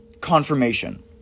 confirmation